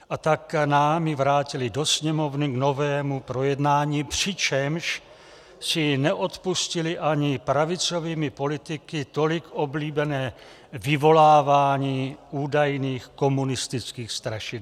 A tak nám ji vrátili do Sněmovny k novému projednání, přičemž si neodpustili ani pravicovými politiky tolik oblíbené vyvolávání údajných komunistických strašidel.